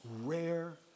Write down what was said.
rare